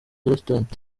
restaurent